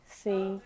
sim